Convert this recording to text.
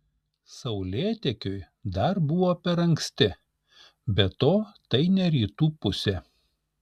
saulėtekiui dar buvo per anksti be to tai ne rytų pusė